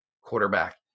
quarterback